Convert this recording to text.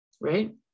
Right